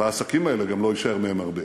והעסקים האלה גם לא יישאר מהם הרבה,